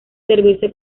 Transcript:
servirse